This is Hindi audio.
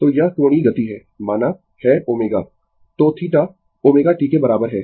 तो यह कोणीय गति है माना है ω तो θ ω t के बराबर है